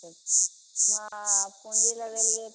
हॅं पूँजी लगेलियै